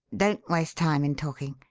don't waste time in talking.